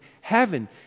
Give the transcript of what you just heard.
heaven